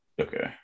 Okay